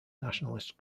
nationalist